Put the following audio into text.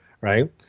right